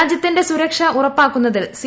രാജ്യത്തിന്റെ സൂരക്ഷ ഉറപ്പാക്കുന്നതിൽ സി